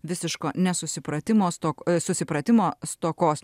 visiško nesusipratimo stoką supratimo stokos